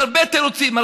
יש הרבה תירוצים,